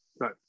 Right